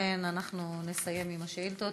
ולכן אנחנו נסיים עם השאילתות.